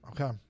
Okay